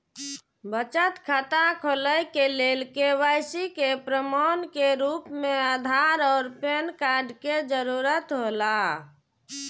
बचत खाता खोले के लेल के.वाइ.सी के प्रमाण के रूप में आधार और पैन कार्ड के जरूरत हौला